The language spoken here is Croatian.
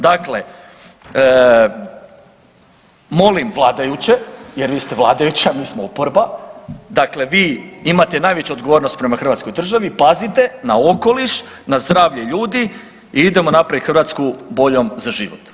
Dakle, molim vladajuće jer vi ste vladajući, a mi smo oporba dakle vi imate najveću odgovornost prema Hrvatskoj državi, pazite na okoliš, na zdravlje ljudi i idemo napraviti Hrvatsku boljom za život.